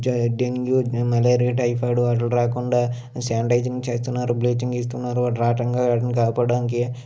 జయ్ dengue malaria typhoid అవి రాకుండా sanitising చేస్తున్నారు బ్లీచింగ్ ఇస్తున్నారు రాటంగా కాపాడానికి